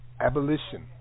Abolition